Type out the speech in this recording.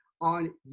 on